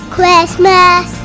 Christmas